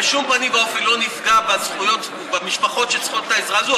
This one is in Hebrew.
בשום פנים ואופן לא נפגע במשפחות שצריכות את העזרה הזאת,